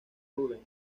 rubens